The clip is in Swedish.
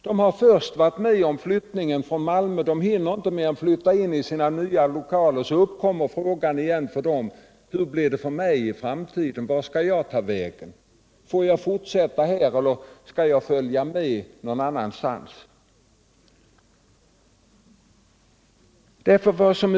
De hinner inte mer än flytta in i sina nya lokaler förrän frågorna uppkommer: Hur blir det för mig i framtiden? Vart skall jag ta vägen? Får jag fortsätta här eller skall jag följa med någon annanstans?